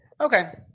Okay